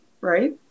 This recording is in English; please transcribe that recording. right